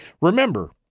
remember